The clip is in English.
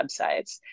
websites